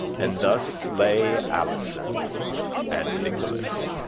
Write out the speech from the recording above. and thus lay alison and nicholas,